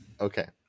okay